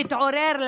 תתעורר,